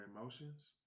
emotions